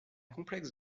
complexe